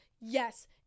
yes